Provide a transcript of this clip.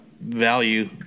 value